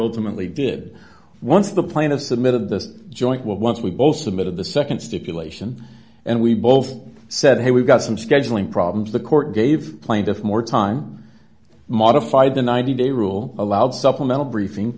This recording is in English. ultimately did once the plaintiff submitted this joint will once we both submitted the nd stipulation and we both said hey we've got some scheduling problems the court gave plaintiff more time modified the ninety day rule allowed supplemental briefing